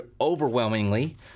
overwhelmingly